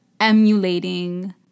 emulating